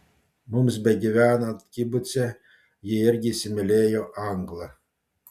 mums begyvenant kibuce ji irgi įsimylėjo anglą